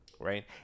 right